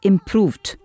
Improved